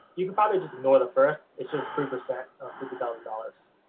you could probably just ignore the first, it's just three percent of fifty thousand dollars.